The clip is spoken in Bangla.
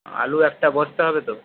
আলু একটা বস্তা হবে তো